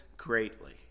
greatly